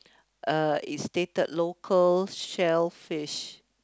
uh it's stated local shellfish